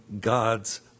God's